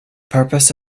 purpose